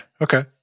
okay